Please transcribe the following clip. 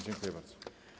Dziękuję bardzo.